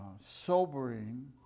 sobering